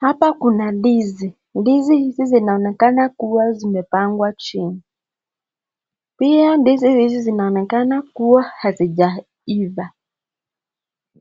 Hapa kuna ndizi, ndizi hizi zinaonekana kuwa zimepangwa chini, pia ndiz hizi zinaonekana kuwa hazijaiva,